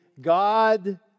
God